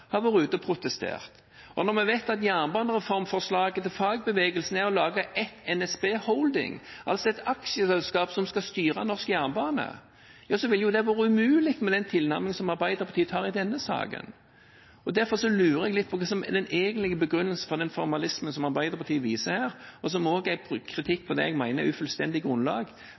har vært ute og protestert. Når vi vet at jernbanereformforslaget til fagbevegelsen er å lage et NSB Holding, altså et aksjeselskap som skal styre norsk jernbane, ja, så ville det vært umulig med den tilnærmingen som Arbeiderpartiet tar i denne saken. Derfor lurer jeg litt på hva som er den egentlige begrunnelsen for den formalismen som Arbeiderpartiet viser her, og som også er en kritikk på det jeg mener er et ufullstendig grunnlag,